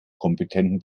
kompetenten